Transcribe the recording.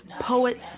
poets